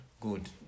Good